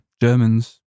Germans